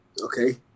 okay